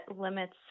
limits